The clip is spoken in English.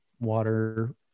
water